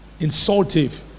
insultive